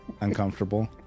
uncomfortable